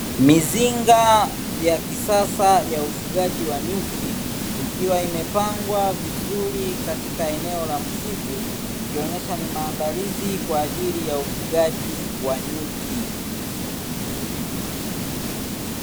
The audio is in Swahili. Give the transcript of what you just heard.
Mizinga ya kisasa ya ufugaji wa nyuki, ikiwa imepangwa vizuri katika eneo la msitu ikionyesha ni maandalizi kwajili ya ufugaji wa nyuki.